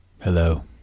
Hello